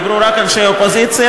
דיברו רק אנשי אופוזיציה,